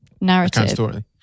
narrative